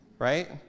Right